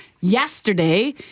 yesterday